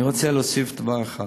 אני רוצה להוסיף דבר אחד: